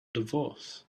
divorce